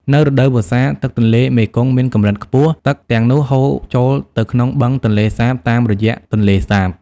នៅរដូវវស្សា ទឹកទន្លេមេគង្គមានកម្រិតខ្ពស់ ទឹកទាំងនោះហូរចូលទៅក្នុងបឹងទន្លេសាបតាមរយៈទន្លេសាប។